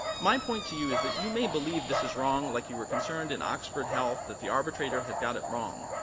my point to you is that you may believe this is wrong, like you were concerned in oxford health that the arbitrator had got it wrong,